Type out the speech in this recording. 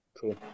Cool